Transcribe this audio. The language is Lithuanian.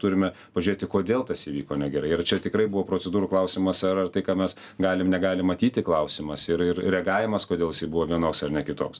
turime pažiūrėti kodėl tas įvyko negerai ir čia tikrai buvo procedūrų klausimas ar ar tai ką mes galim negalim matyti klausimas ir ir reagavimas kodėl jisai buvo vienoks ar ne kitoks